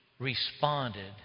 responded